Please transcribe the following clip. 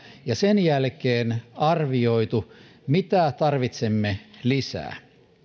ja sen jälkeen arvioitu mitä tarvitsemme lisää